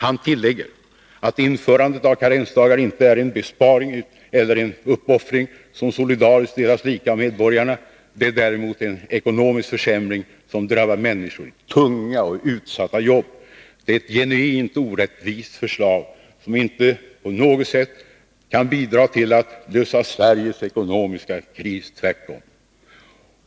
Han tillägger att införandet av karensdagarna inte är en besparing eller en uppoffring, som solidariskt delas lika av medborgarna. Det är däremot en ekonomisk försämring, som drabbar människor i tunga och utsatta jobb. Det är ett genuint orättvist förslag, som inte på något sätt kan bidra till att lösa Sveriges ekonomiska kris — tvärtom.